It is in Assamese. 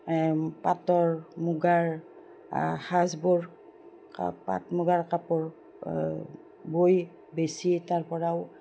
পাটৰ মুগাৰ সাজবোৰ পাট মুগাৰ কাপোৰ বৈ বেছি তাৰপৰাও